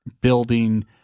building